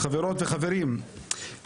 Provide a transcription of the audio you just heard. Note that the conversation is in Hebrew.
חברות וחברים,